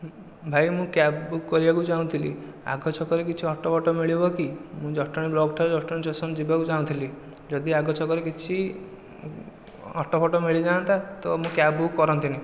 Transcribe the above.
ଭାଇ ମୁଁ cab book କରିବାକୁ ଚାହୁଁଥିଲି ଆଗ ଛକରେ କିଛି ଅଟୋ ବଟୋ ମିଳିବକି ମୁଁ ଜଟଣୀ ବ୍ଲକ ଠାରୁ ଜଟଣୀ ଷ୍ଟେସନ ଯିବାକୁ ଚାହୁଁଥିଲି ଯଦି ଆଗ ଛକରେ କିଛି ଅଟୋ ବଟୋ ମିଳିଯାନ୍ତା ତ ମୁଁ କ୍ୟାବ ବୁକ କରନ୍ତିନି